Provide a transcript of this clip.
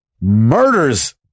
murders